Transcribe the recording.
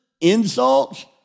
insults